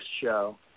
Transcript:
show